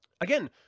Again